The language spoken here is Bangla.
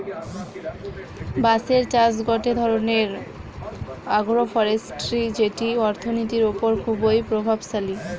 বাঁশের চাষ গটে ধরণের আগ্রোফরেষ্ট্রী যেটি অর্থনীতির ওপর খুবই প্রভাবশালী